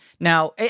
now